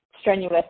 strenuous